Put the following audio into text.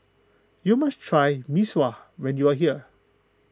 you must try Mee Sua when you are here